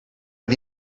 but